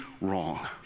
wrong